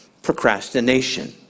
procrastination